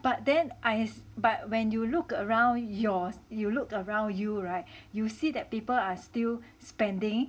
but then I is but when you look around yours you look around you [right] you see that people are still spending